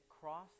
cross